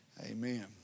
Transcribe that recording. Amen